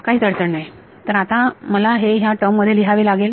काहीच अडचण नाही आता मला हे ह्या टर्म मध्ये लिहावे लागेल